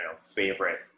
favorite